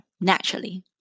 naturally